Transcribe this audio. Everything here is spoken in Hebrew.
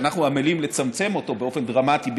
שאנחנו עמלים לצמצם אותו באופן דרמטי,